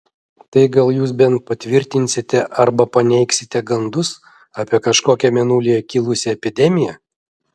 tai gal jūs bent patvirtinsite arba paneigsite gandus apie kažkokią mėnulyje kilusią epidemiją